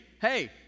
hey